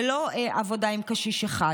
ולא עבודה עם קשיש אחד,